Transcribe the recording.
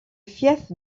fief